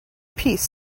piece